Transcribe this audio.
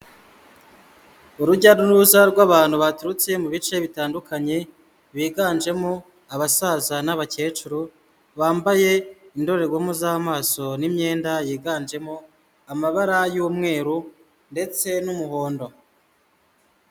Urujya n'uruza rw'abantu baturutse mu bice bitandukanye biganjemo abasaza n'abakecuru bambaye indorerwamo z'amaso n'imyenda yiganjemo amabara y'umweru ndetse n'umuhondo.